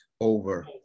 over